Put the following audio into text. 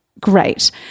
great